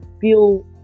feel